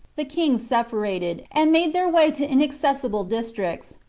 the kings separated, and made their way to inaccessible districts.